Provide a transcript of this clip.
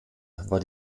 war